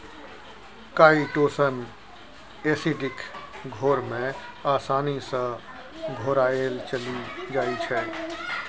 chitosan acidic घोर मे आसानी सँ घोराएल चलि जाइ छै